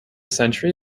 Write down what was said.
century